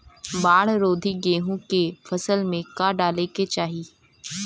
बाढ़ रोधी गेहूँ के फसल में का डाले के चाही?